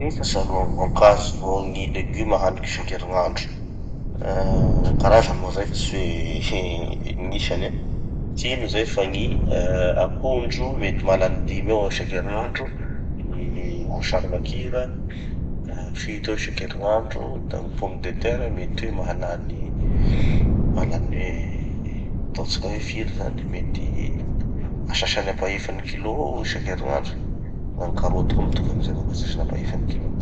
Efatsy aloha gny voankazo vo leguma haniko isankerinandro. Ah gny karazany moa zay fa tsy hoe he gn'isany an. Tsy ino zay fa gny akondro, mety mahalany dimy eo aho isankerinandro; Gny vosary makira, fito eo isankerinandro; da gny pomme de terre mety hoe mahalany mahalany hoe, ataotsika hoe firy zany, mety asasany apahefan'ny kilo eo isankerinandro; da gny karoty koa mitovy amizay avao koa asasany apahefan'ny kilo.